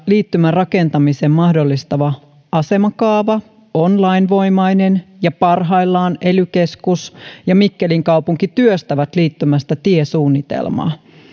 liittymän rakentamisen mahdollistava asemakaava on lainvoimainen ja parhaillaan ely keskus ja mikkelin kaupunki työstävät liittymästä tiesuunnitelmaa